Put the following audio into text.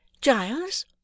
Giles